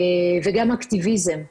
וגם אקטיביזם.